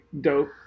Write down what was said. dope